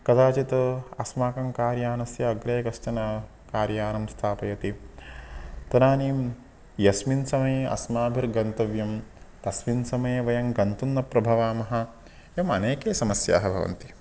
कदाचित् अस्माकं कार् यानस्य अग्रे कश्चन कार्यानं स्थापयति तदानीं यस्मिन् समये अस्माभिर्गन्तव्यं तस्मिन् समये वयं गन्तुं न प्रभवामः एवम् अनेकाः समस्याः भवन्ति